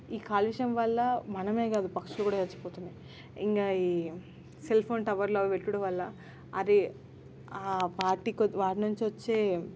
ఈ కాలుష్యం వల్ల మనమే కాదు పక్షులు కూడా చచ్చిపోతున్నాయి ఇంకా ఈ సెల్ఫోన్ టవర్లు అవి పెట్టుడు వల్ల అరే ఆ పార్టికల్ వాటి నుంచి వచ్చే